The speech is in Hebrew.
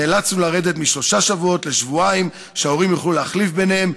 נאלצנו לרדת משלושה שבועות לשבועיים שההורים יוכלו להחליף ביניהם.